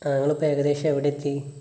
ആ നിങ്ങളിപ്പോൾ ഏകദേശം എവിടെ എത്തി